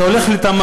אתה הולך לתמ"א,